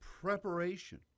preparation